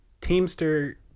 teamster